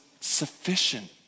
sufficient